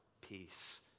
peace